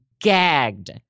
gagged